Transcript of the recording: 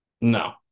No